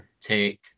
take